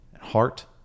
heart